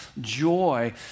joy